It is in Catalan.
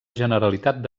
generalitat